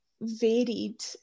varied